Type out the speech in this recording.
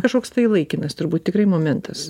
kažkoks tai laikinas turbūt tikrai momentas